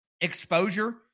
exposure